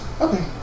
Okay